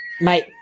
mate